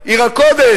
עיר הקודש,